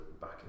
back